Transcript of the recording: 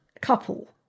couple